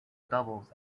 doubles